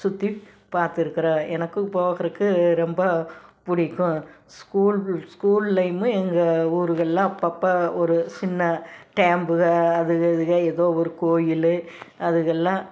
சுற்றி பார்த்துருக்குறோம் எனக்கு போகறதுக்கு ரொம்ப பிடிக்கும் ஸ்கூல் ஸ்கூல்லையு எங்கள் ஊர்கள்லெலாம் அப்பப்போ ஒரு சின்ன டேம்புக அதுக இதுக ஏதோ ஒரு கோயில் அதுகள்லெலாம்